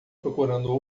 procurando